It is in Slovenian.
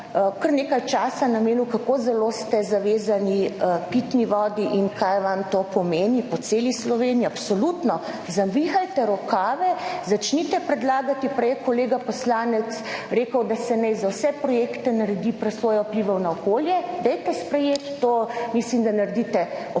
nekaj časa namenil, kako zelo ste zavezani pitni vodi in kaj vam to pomeni po celi Sloveniji, absolutno, zavihajte rokave, začnite predlagati. Prej je kolega poslanec rekel, da se naj za vse projekte naredi presojo vplivov na okolje, dajte sprejeti to, mislim, da naredite ob